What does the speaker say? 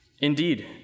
Indeed